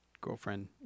girlfriend